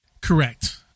Correct